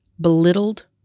belittled